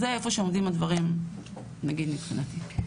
זה היה איפה שעומדים הדברים נגיד מבחינתי.